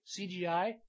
CGI